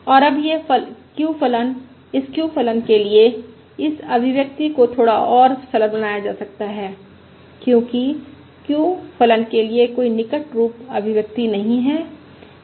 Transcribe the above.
और अब यह q फलन इस q फलन के लिए इस अभिव्यक्ति को थोड़ा और सरल बनाया जा सकता है क्योंकि q फलन के लिए कोई निकट रूप अभिव्यक्ति नहीं है